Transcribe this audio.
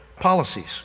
policies